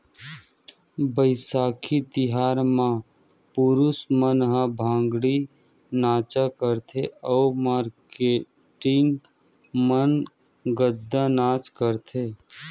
बइसाखी तिहार म पुरूस मन ह भांगड़ा नाच करथे अउ मारकेटिंग मन गिद्दा नाच करथे